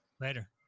Later